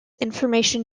information